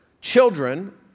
Children